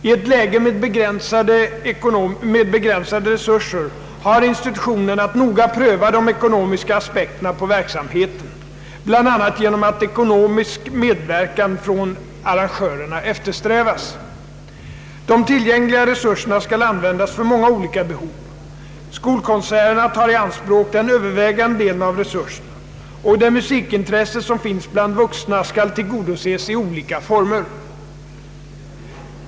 I ett läge med begränsade resurser har institutionen att noga pröva de ekonomiska aspekterna på verksamheten, bl.a. genom att ekonomisk medverkan från arrangörerna eftersträvas. De tillgängliga resurserna skall användas för många olika behov. Skolkonserterna tar i anspråk den övervägande delen av resurserna, och det musikintresse som finns bland vuxna skall tillgodoses i olika former.